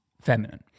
feminine